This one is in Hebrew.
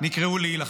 נקראו להילחם.